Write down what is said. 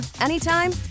anytime